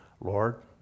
Lord